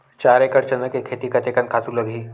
चार एकड़ चना के खेती कतेकन खातु लगही?